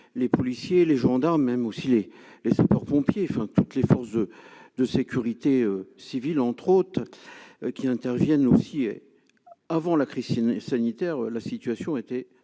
les policiers, les gendarmes même osciller les sapeurs-pompiers, enfin toutes les forces de sécurité civile, entre autres, qui interviennent aussi, et avant la Christine sanitaire, la situation était franchement